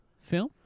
film